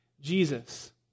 Jesus